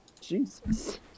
Jesus